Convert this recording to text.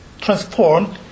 transform